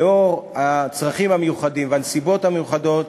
לנוכח הצרכים המיוחדים והנסיבות המיוחדות,